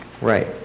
Right